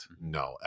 No